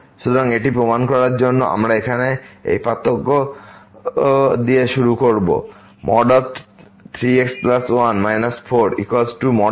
সুতরাং এটি প্রমাণ করার জন্য আমরা এখানে এই পার্থক্য দিয়ে শুরু করব 3x1 43x 3 3x 1